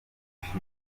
system